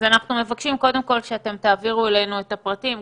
אז אנחנו מבקשים קודם כל שתעבירו אלינו את הפרטים,